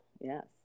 Yes